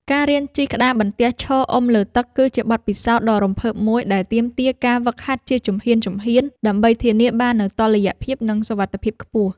ការរៀនជិះក្តារបន្ទះឈរអុំលើទឹក គឺជាបទពិសោធន៍ដ៏រំភើបមួយដែលទាមទារការហ្វឹកហាត់ជាជំហានៗ ដើម្បីធានាបាននូវតុល្យភាព និងសុវត្ថិភាពខ្ពស់។